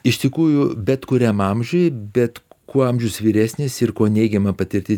iš tikrųjų bet kuriam amžiuj bet kuo amžius vyresnis ir kuo neigiama patirtis